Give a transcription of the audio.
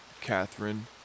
Catherine